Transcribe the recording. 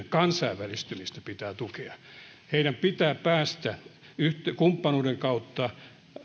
kansainvälistymistä pitää tukea heidän pitää päästä kumppanuuden kautta